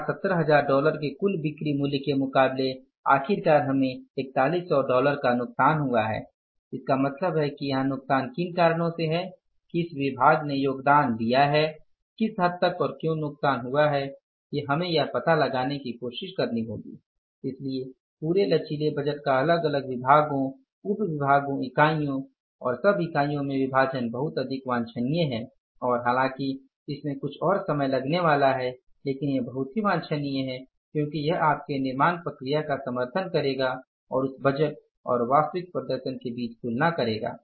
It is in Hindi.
217000 डॉलर के कुल बिक्री मूल्य के मुकाबले आखिरकार हमें 41 डॉलर का नुकसान हुआ है इसका मतलब है कि यहां नुकसान किन कारणों से है किस विभाग ने योगदान दिया है किस हद तक और क्यों नुकसान हुआ है हम यह पता लगाने की कोशिश करेंगे इसलिए पूरे लचीले बजट का अलग अलग विभागों उप विभागों इकाइयों और सब यूनिटों में विभाजन बहुत अधिक वांछनीय है और हालांकि इसमें कुछ और समय लगने वाला है लेकिन यह बहुत ही वांछनीय है क्योंकि यह आपके निर्माण प्रक्रिया का समर्थन करेगा और उस बजट और वास्तविक प्रदर्शन के बीच तुलना करेगा